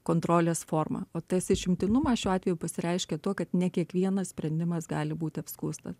kontrolės formą o tas išimtinumas šiuo atveju pasireiškia tuo kad ne kiekvienas sprendimas gali būti apskųstas